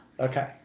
Okay